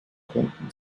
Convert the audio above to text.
konnten